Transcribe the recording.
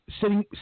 sitting